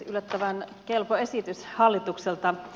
yllättävän kelpo esitys hallitukselta